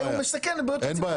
הוא מסכן את בריאות הציבור,